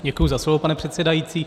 Děkuji za slovo, pane předsedající.